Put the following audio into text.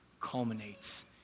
culminates